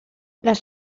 les